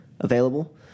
available